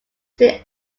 see